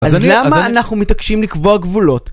אז למה אנחנו מתעקשים לקבוע גבולות?